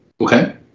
Okay